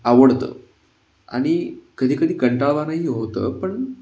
आवडतं आणि कधी कधी कंटाळवाणंही होतं पण